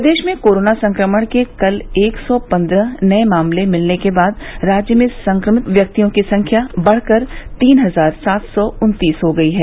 प्रदेश में कोरोना संक्रमण के कल एक सौ पन्द्रह नए मामले मिलने के बाद राज्य में संक्रमित व्यक्तियों की संख्या बढ़कर तीन हजार सात सौ उन्तीस हो गई है